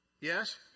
Yes